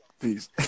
Peace